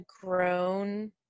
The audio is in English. grown